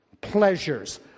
pleasures